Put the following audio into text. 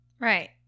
Right